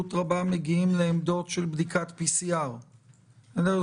ביעילות רבה מגיעים לעמדות של בדיקת PCR. לענייננו,